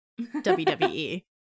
WWE